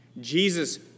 Jesus